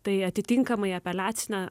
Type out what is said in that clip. tai atitinkamai apeliacine